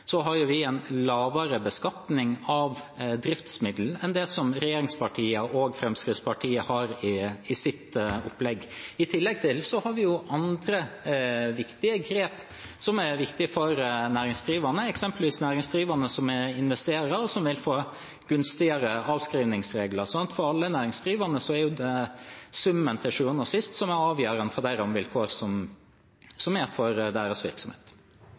en lavere beskatning av driftsmidlene enn det regjeringspartiene og Fremskrittspartiet har i sitt opplegg. I tillegg har vi andre grep som er viktige for næringsdrivende, eksempelvis for næringsdrivende som investerer, som vil få gunstigere avskrivningsregler. For alle næringsdrivende er det til sjuende og sist summen av det hele som er avgjørende for vilkårene for deres virksomhet. Det er helt riktig at det er summen som avgjør, derfor vil det være fatalt for